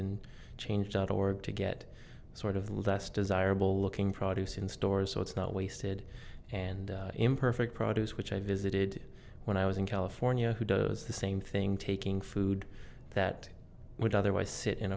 and change out of work to get sort of less desirable looking produce in stores so it's not wasted and imperfect produce which i visited when i was in california who does the same thing taking food that would otherwise sit in